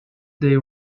they